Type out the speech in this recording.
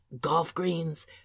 golf-greens